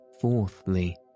Fourthly